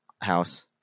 house